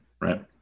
Right